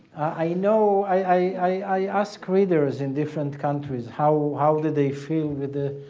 i know. i ask readers in different countries, how how did they feel with it,